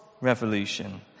revolution